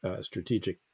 strategic